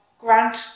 grant